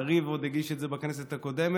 יריב עוד הגיש את זה בכנסת הקודמת,